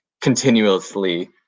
continuously